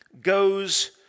goes